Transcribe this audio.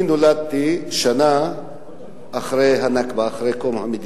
אני נולדתי שנה אחרי ה"נכבה", אחרי קום המדינה,